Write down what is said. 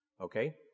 okay